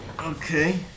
Okay